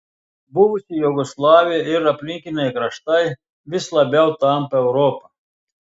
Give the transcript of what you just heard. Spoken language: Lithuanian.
buvusi jugoslavija ir aplinkiniai kraštai vis labiau tampa europa